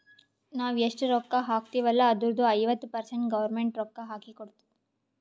ನಾವ್ ಎಷ್ಟ ರೊಕ್ಕಾ ಹಾಕ್ತಿವ್ ಅಲ್ಲ ಅದುರ್ದು ಐವತ್ತ ಪರ್ಸೆಂಟ್ ಗೌರ್ಮೆಂಟ್ ರೊಕ್ಕಾ ಹಾಕಿ ಕೊಡ್ತುದ್